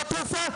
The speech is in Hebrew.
לא תרופה?